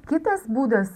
kitas būdas